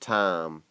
time